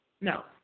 No